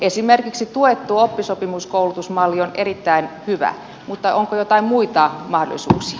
esimerkiksi tuettu oppisopimuskoulutusmalli on erittäin hyvä mutta onko joitain muita mahdollisuuksia